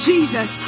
Jesus